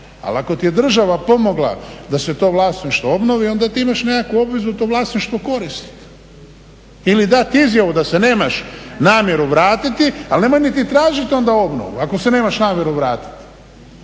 ali ako ti je država pomogla da se to vlasništvo obnovi onda ti imaš nekakvu obvezu to vlasništvo koristiti ili dati izjavu da se nemaš namjeru vratiti ali nemoj niti tražiti onda obnovu ako se nemaš namjeru vratiti.